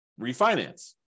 refinance